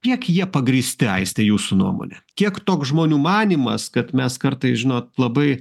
kiek jie pagrįsti aistė jūsų nuomone kiek toks žmonių manymas kad mes kartais žinot labai